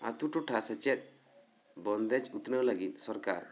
ᱟᱛᱳ ᱴᱚᱴᱷᱟ ᱥᱮᱪᱮᱫ ᱵᱚᱱᱫᱮᱡᱽ ᱩᱛᱱᱟᱹᱣ ᱞᱟᱹᱜᱤᱫ ᱥᱚᱨᱠᱟᱨ